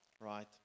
right